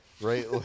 Right